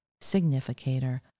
significator